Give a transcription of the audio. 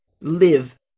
live